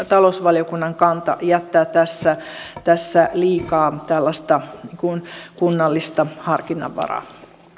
talousvaliokunnan kanta jättää tässä tässä liikaa tällaista kunnallista harkinnanvaraa